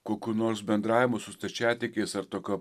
kokių nors bendravimo su stačiatikiais ar tokio